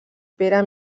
pere